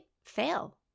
fail